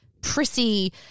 prissy